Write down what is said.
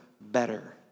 better